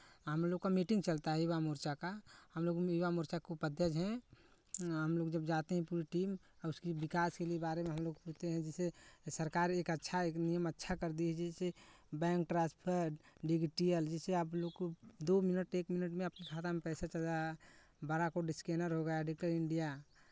हमलोग का मीटिंग चलता है युवा मोर्चा का हमलोग युवा मोर्चा के उपाध्यक्ष हैं हमलोग जब जाते हैं पूरी टीम आ उसकी विकास के लिए बारे में हमलोग सोचे हैं जिसे सरकार एक अच्छा एक नियम अच्छा कर दी है जैसे bank transfer D G P L जिससे आप लोग को दो मिनट एक मिनट में आपके खाता में पैसा चला बड़ा कोड स्कैनर हो गया है डिज़िटल इंडिया